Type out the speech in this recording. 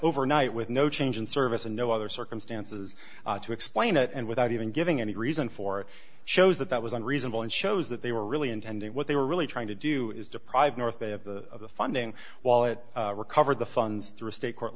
overnight with no change in service and no other circumstances to explain it and without even giving any reason for shows that that was unreasonable and shows that they were really intending what they were really trying to do is deprive north bay of funding while it recovered the funds through a state court